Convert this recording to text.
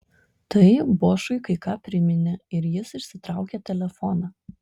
tai bošui kai ką priminė ir jis išsitraukė telefoną